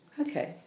Okay